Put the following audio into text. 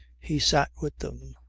he sat with them,